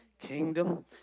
kingdom